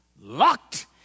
Locked